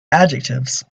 adjectives